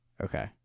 Okay